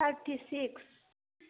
thirty six